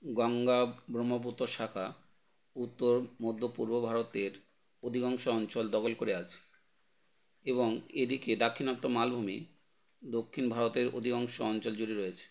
গঙ্গা ব্রহ্মপুত্র শাখা উত্তর মধ্য পূর্ব ভারতের অধিকাংশ অঞ্চল দখল করে আছে এবং এদিকে দাক্ষিণাত্য মালভূমি দক্ষিণ ভারতের অধিকাংশ অঞ্চল জুড়ে রয়েছে